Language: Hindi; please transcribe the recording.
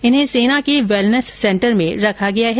इन्हें सेना के वेलनेस सेंटर में रखा गया है